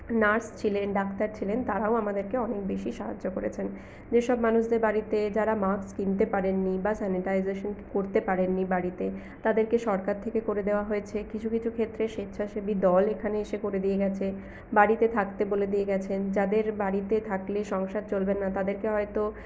nurse ছিলেন doctor ছিলেন তারাও আমাদেরকে অনেক বেশি সাহায্য করেছেন যেসব মানুষদের বাড়িতে যারা মাস্ক কিনতে পারেননি বা স্যানিটাইজেশন করতে পারেননি বাড়িতে তাদেরকে সরকার থেকে করে দেওয়া হয়েছে কিছু কিছু ক্ষেত্রে স্বেচ্ছাসেবী দল এখানে এসে করে দিয়ে গেছে বাড়িতে থাকতে বলে দিয়ে গেছেন যাদের বাড়িতে থাকলে সংসার চলবে না তাদেরকে হয়তো